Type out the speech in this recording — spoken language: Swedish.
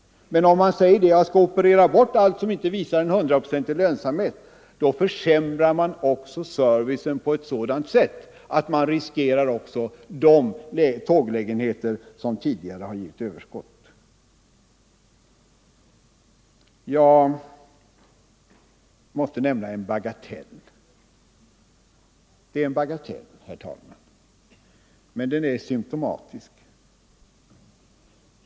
Men om man opererar bort allt som inte visar hundraprocentig lönsamhet, försämrar man servicen på ett sådant sätt att man riskerar även de tåglägenheter som tidigare givit överskott. Jag måste nämna en bagatell. Det är en bagatell, herr talman, men den är symtomatisk.